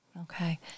Okay